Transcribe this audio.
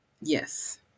yes